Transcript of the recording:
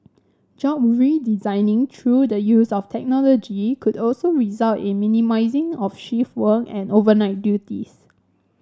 job redesigning through the use of technology could also result in minimising of shift work and overnight duties